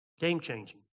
Game-changing